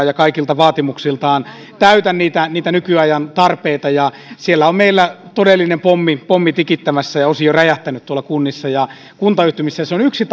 ja kaikilta vaatimuksiltaan täytä niitä niitä nykyajan tarpeita siellä on meillä todellinen pommi pommi tikittämässä ja osin jo räjähtänyt tuolla kunnissa ja kuntayhtymissä se on yksi